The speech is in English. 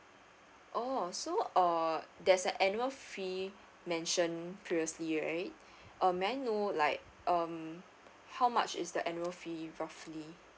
oh so uh there's a annual fee mentioned previously right um may I know like um how much is the annual fee roughly